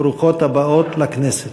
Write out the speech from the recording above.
ברוכות הבאות לכנסת.